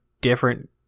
different